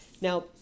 Now